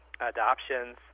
adoptions